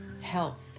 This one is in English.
health